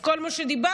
אז בכל מה שדיברתי,